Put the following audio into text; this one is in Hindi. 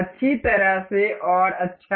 अच्छी तरह से और अच्छा